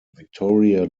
victoria